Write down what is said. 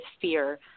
fear